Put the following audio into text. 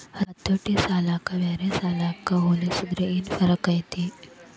ಹತೋಟಿ ಸಾಲನ ಬ್ಯಾರೆ ಸಾಲಕ್ಕ ಹೊಲ್ಸಿದ್ರ ಯೆನ್ ಫರ್ಕೈತಿ?